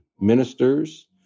ministers